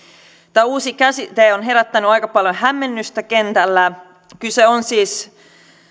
tämä uusi käsite on herättänyt aika paljon hämmennystä kentällä kyse on siis